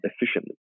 efficiently